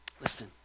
Listen